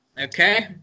Okay